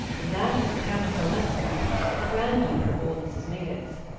that is the countess olenska a granddaughter of old mrs. mingott's.